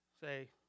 say